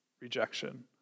rejection